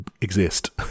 exist